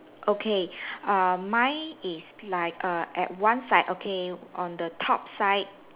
okay err mine is like err at one side okay on the top side